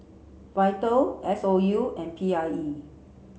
VITAL S O U and P I E